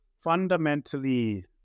fundamentally